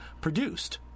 produced